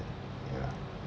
ya